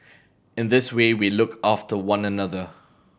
in this way we look after one another